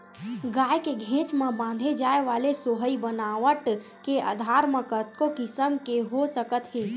गाय के घेंच म बांधे जाय वाले सोहई बनावट के आधार म कतको किसम के हो सकत हे